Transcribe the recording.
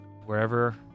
wherever